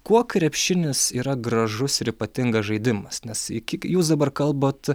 kuo krepšinis yra gražus ir ypatingas žaidimas nes iki jūs dabar kalbat